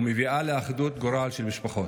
ומביאה לאחדות גורל של משפחות.